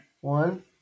One